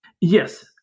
Yes